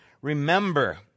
remember